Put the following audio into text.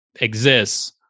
exists